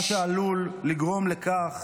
מה שעלול לגרום לכך